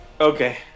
okay